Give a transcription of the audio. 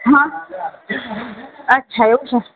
હા અચ્છા એવું છે